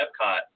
epcot